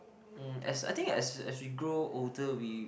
mm as I think as as we grow older we